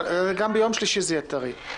גם ביום שלישי זה יהיה טרי.